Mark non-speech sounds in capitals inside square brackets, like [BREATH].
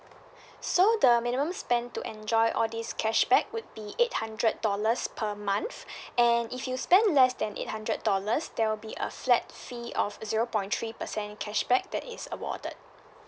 [BREATH] so the minimum spend to enjoy all these cashback would be eight hundred dollars per month [BREATH] and if you spend less than eight hundred dollars there will be a flat fee of zero point three percent cashback that is awarded